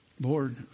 Lord